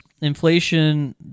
inflation